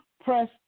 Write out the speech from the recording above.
press